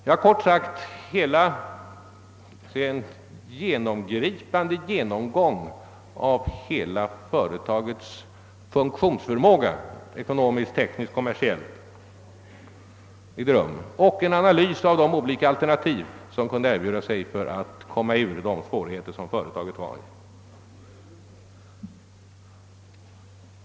Det har kort sagt företagits en genomgripande genomgång av hela företagets funktionsförmåga, ekonomisk, teknisk och kommersiell, samt en analys av de olika alternativ som kunde finnas för att eliminera företagets svårigheter.